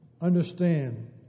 understand